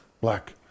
Black